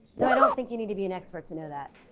though i don't think you need to be an expert to know that.